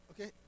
okay